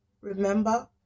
Remember